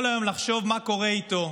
כל היום לחשוש: מה קורה איתו?